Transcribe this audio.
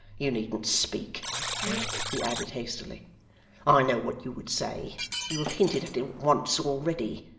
you needn't speak he added hastily i know what you would say you have hinted at it once already.